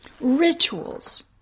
Rituals